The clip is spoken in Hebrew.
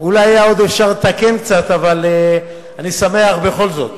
אולי היה עוד אפשר לתקן קצת, אבל אני שמח בכל זאת